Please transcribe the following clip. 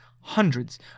hundreds